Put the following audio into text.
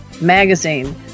magazine